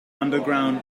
underground